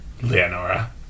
Leonora